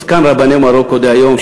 זקן רבני מרוקו דהיום,